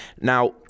Now